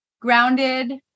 grounded